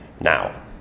Now